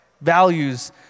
values